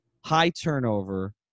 high-turnover